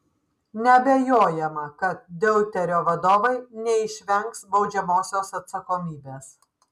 neabejojama kad deuterio vadovai neišvengs baudžiamosios atsakomybės